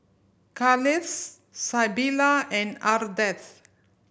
Carlisle Sybilla and Ardeth